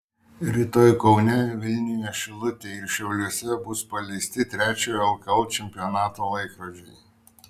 rytoj kaune vilniuje šilutėje ir šiauliuose bus paleisti trečiojo lkl čempionato laikrodžiai